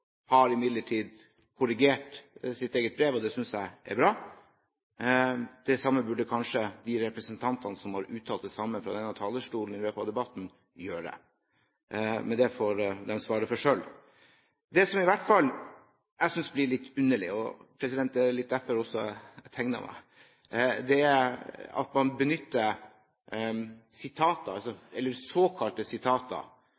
har imidlertid korrigert sitt eget brev, og det synes jeg er bra. Det burde kanskje også de representantene som har uttalt det samme fra denne talerstol i løpet av debatten, gjøre, men det får de svare for selv. Det som i hvert fall jeg synes blir litt underlig – og det er også litt derfor jeg tegnet meg – er at man benytter såkalte sitater